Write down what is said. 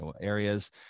areas